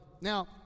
Now